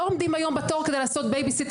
לא עומדים היום בתור כדי לעשות בייביסיטר